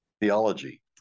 theology